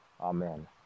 Amen